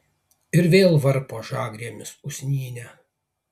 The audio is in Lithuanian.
ir vėl varpo žagrėmis usnynę